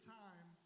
time